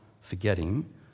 forgetting